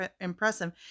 impressive